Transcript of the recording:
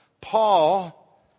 Paul